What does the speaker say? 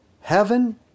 Heaven